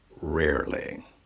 rarely